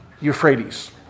Euphrates